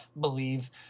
believe